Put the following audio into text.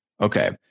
Okay